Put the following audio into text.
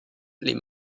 les